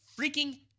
freaking